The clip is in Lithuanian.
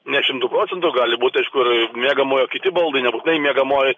ne šimtu procentų gali būt aišku ir miegamojo kiti baldai nebūtinai miegamoji